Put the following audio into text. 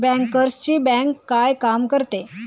बँकर्सची बँक काय काम करते?